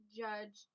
judge